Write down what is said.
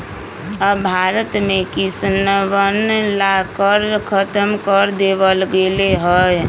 अब भारत में किसनवन ला कर खत्म कर देवल गेले है